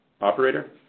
Operator